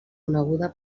coneguda